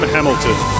Hamilton